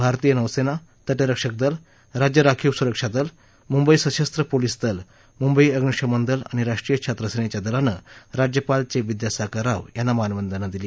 भारतीय नौसेना तटरक्षक दल राज्य राखीव सुरक्षा दल मुंबई सशस्त्र पोलिस दल मुंबई अम्निशमन दल आणि राष्ट्रीय छात्रसेनेच्या दलानं राज्यपाल ये विद्यासागर राव यांना मानवंदना दिली